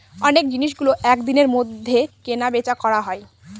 অনেক জিনিসগুলো এক দিনের মধ্যে কেনা বেচা করা হয়